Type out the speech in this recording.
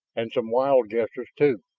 and some wild guesses, too.